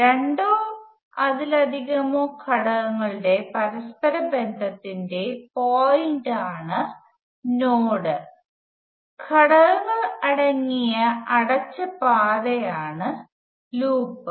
രണ്ടോ അതിലധികമോ ഘടകങ്ങളുടെ പരസ്പര ബന്ധത്തിന്റെ പോയിന്റാണ് നോഡ് ഘടകങ്ങൾ അടങ്ങിയ അടച്ച പാതയാണ് ലൂപ്പ്